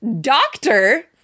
doctor